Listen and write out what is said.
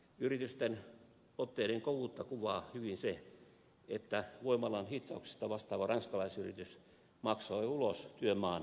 yritysten otteiden kovuutta kuvaa hyvin se että voimalan hitsauksesta vastaava ranskalaisyritys maksoi ulos työmaan pääluottamusmiehen